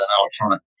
electronic